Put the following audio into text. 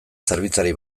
zerbitzari